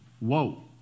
Whoa